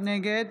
נגד